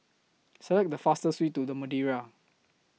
Select The fastest Way to The Madeira